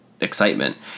excitement